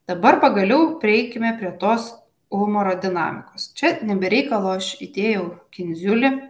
dabar pagaliau prieikime prie tos humoro dinamikos čia ne be reikalo aš įdėjau kindziulį